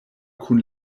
kun